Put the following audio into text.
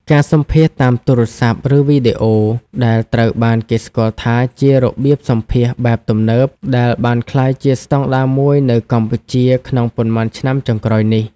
ការសម្ភាសន៍តាមទូរស័ព្ទ ឬវីដេអូ ដែលត្រូវបានគេស្គាល់ថាជារបៀបសម្ភាសន៍បែបទំនើបដែលបានក្លាយជាស្តង់ដារមួយនៅកម្ពុជាក្នុងប៉ុន្មានឆ្នាំចុងក្រោយនេះ។